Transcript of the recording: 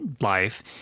life